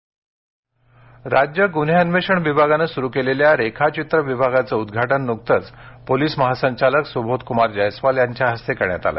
रेखाचित्र विभाग राज्य गुन्हे अन्वेषण विभागानं सुरू केलेल्या रेखाचित्र विभागाचं उद्घाटन नुकतच पोलिस महा संचालक सुबोध कुमार जैस्वाल यांच्या हस्ते करण्यात आलं